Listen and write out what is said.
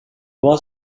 was